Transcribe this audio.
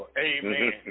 Amen